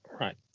right